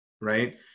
Right